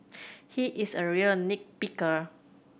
he is a real nit picker